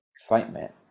excitement